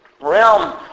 realm